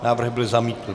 Návrh byl zamítnut.